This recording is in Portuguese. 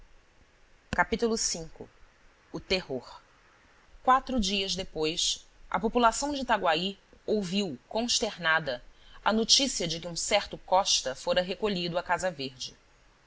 v o terror quatro dias depois a população de itaguaí ouviu consternada a notícia de que um certo costa fora recolhido à casa verde